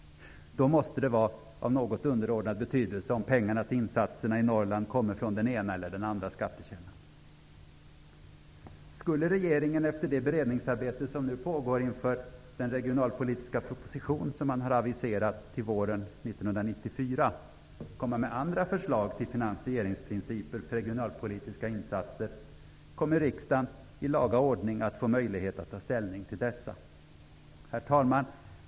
Då måste det vara av något underordnad betydelse om pengarna till insatser i Norrland kommer från den ena eller den andra skattekällan. Skulle regeringen, efter det beredningsarbete som nu pågår inför den regionalpolitiska proposition som man har aviserat till våren 1994, komma med andra förslag till finansieringsprinciper för regionalpolitiska insatser, kommer riksdagen i laga ordning att få möjlighet att ta ställning till dessa. Herr talman!